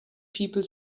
people